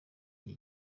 iki